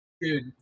dude